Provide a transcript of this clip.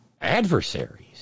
Adversaries